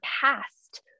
past